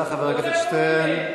תודה, חבר הכנסת שטרן.